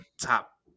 top